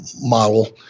model